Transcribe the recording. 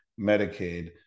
Medicaid